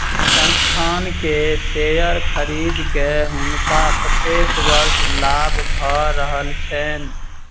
संस्थान के शेयर खरीद के हुनका प्रत्येक वर्ष लाभ भ रहल छैन